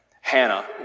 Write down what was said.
Hannah